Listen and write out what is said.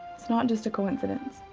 it's not just a coincidence.